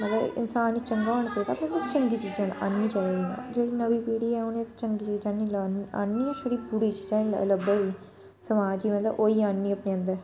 मतलब इन्सान ई चंगा होना चाहिदा उ'नें चंगी चीजां आह्ननी चाहिदियां जेह्ड़ी नमीं पीढ़ी ऐ उ'नें चंगी चीजां निं आह्ननी ऐक्चूली बुरी चीजां ही लब्भा दी नी समाज च मतलब ओह् ही आह्ननी अपने अंदर